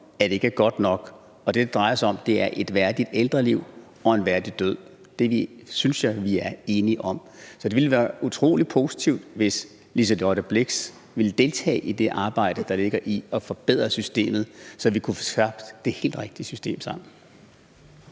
at det ikke er godt nok, og det, det drejer sig om, er et værdigt ældreliv og en værdig død. Det synes jeg vi er enige om, så det ville være utrolig positivt, hvis Liselott Blixt ville deltage i det arbejde, der ligger i at forbedre systemet, så vi kunne få skabt det helt rigtige system sammen.